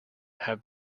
have